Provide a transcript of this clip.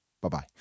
Bye-bye